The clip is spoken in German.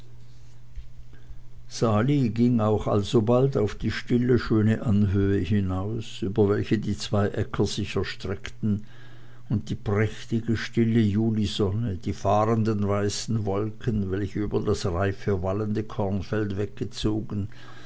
ging auch alsobald auf die stille schöne anhöhe hinaus über welche die zwei äcker sich erstreckten und die prächtige stille julisonne die fahrenden weißen wolken welche über das reife wallende kornfeld wegzogen